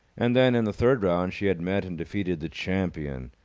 and then, in the third round, she had met and defeated the champion.